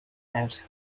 out